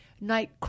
night